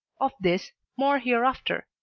of this more hereafter.